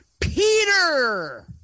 Peter